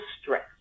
stress